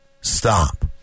Stop